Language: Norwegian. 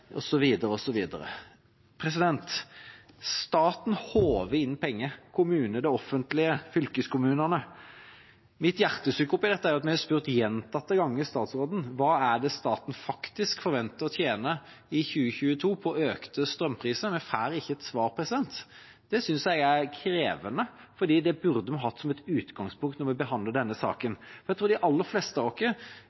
håver inn penger. Mitt hjertesukk oppi dette er at vi gjentatte ganger har spurt statsråden om hva det er staten forventer å tjene i 2022 på økte strømpriser, men vi får ikke et svar. Det synes jeg er krevende, for det burde vi ha hatt som et utgangspunkt når vi skal behandle denne saken.